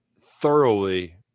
thoroughly